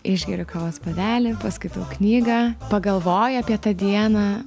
išgeri kavos puodelį paskaitau knygą pagalvoji apie tą dieną